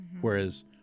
whereas